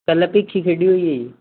ਪਹਿਲਾਂ ਭਿੱਖੀ ਖੇਡੀ ਹੋਈ ਹੈ ਜੀ